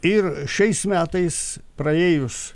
ir šiais metais praėjus